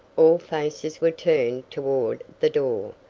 all faces were turned toward the door.